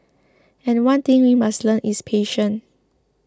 and one thing we must learn is patience